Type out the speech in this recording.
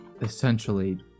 essentially